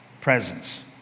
presence